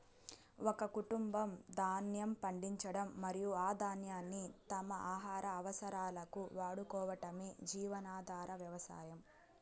ఒక కుటుంబం ధాన్యం పండించడం మరియు ఆ ధాన్యాన్ని తమ ఆహార అవసరాలకు వాడుకోవటమే జీవనాధార వ్యవసాయం